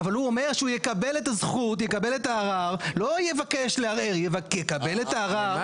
ייכלל במסגרת ההגדלה של השטח הכולל המותר לבנייה; (ב)